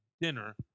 dinner